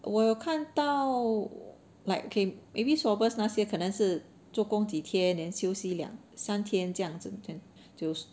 我有看到 like okay maybe swabbers 那些可能是做工几天 then 休息两三天这样就